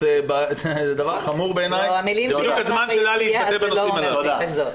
בעיניי זה דבר חמור.